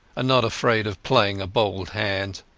and not afraid of playing a bold hand.